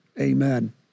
Amen